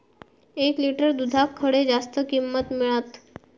एक लिटर दूधाक खडे जास्त किंमत मिळात?